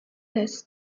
less